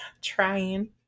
Trying